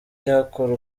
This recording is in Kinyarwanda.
yakora